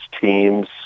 teams